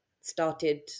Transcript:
started